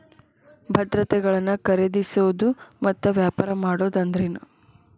ಭದ್ರತೆಗಳನ್ನ ಖರೇದಿಸೋದು ಮತ್ತ ವ್ಯಾಪಾರ ಮಾಡೋದ್ ಅಂದ್ರೆನ